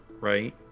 right